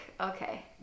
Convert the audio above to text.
okay